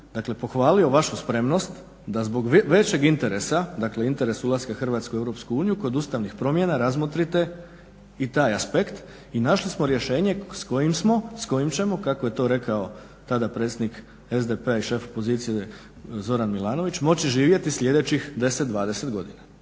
repliku pohvalio vašu spremnost da zbog većeg interesa, dakle interes ulaska Hrvatske u Europsku uniju kod ustavnih promjena razmotrite i taj aspekt i našli smo rješenje s kojim ćemo kako je to rekao tada predsjednik SDP-a i šef opozicije Zoran Milanović moći živjeti sljedećih 10, 20 godina.